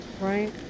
Right